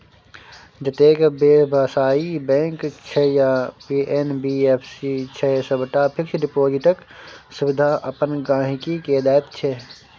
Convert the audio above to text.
जतेक बेबसायी बैंक छै या एन.बी.एफ.सी छै सबटा फिक्स डिपोजिटक सुविधा अपन गांहिकी केँ दैत छै